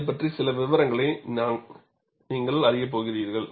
அதைப் பற்றிய சில விவரங்களை நாங்கள் அறியப் போகிறோம்